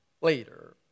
later